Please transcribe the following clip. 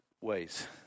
Ways